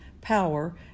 power